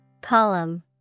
Column